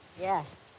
Yes